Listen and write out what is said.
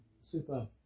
super